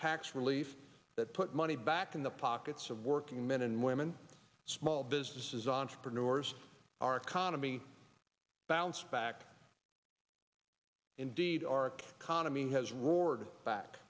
tax relief that put money back in the pockets of working men and women small businesses entrepreneurs our economy bounce back indeed arc kaname has ward back